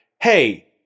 Hey